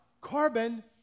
Carbon